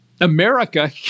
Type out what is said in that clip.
America